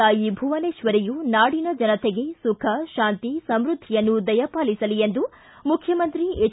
ತಾಯಿ ಭುವನೇಶ್ವರಿಯು ನಾಡಿನ ಜನತೆಗೆ ಸುಖ ಶಾಂತಿ ಸಮೃದ್ಧಿಯನ್ನು ದಯಪಾಲಿಸಲಿ ಎಂದು ಮುಖ್ಯಮಂತ್ರಿ ಎಚ್